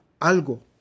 algo